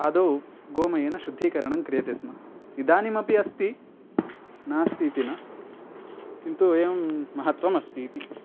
आदौ गोमयेन शुद्धीकरणं क्रियते स्म इदानीमपि अस्ति नास्ति इति न किन्तु एवं महत्वम् अस्ति इति